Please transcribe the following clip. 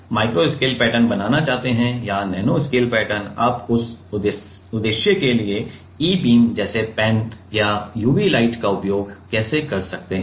आप micro scale pattern बनाना चाहते हैं या नैनो स्केल पैटर्न आप उस उद्देश्य के लिए ई बीम जैसे पेन या यूवी लाइट का उपयोग कैसे कर सकते हैं